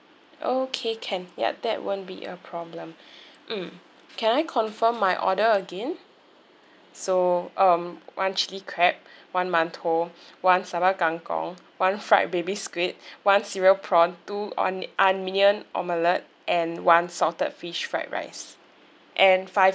okay can yup that won't be a problem mm can I confirm my order again so um one chili crab one mantou one sambal kangkong one fried baby squid one cereal prawn two on~ onion omelette and one salted fish fried rice and five